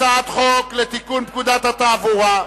הצעת חוק לתיקון פקודת התעבורה,